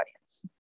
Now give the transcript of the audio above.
audience